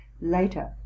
later